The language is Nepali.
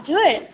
हजुर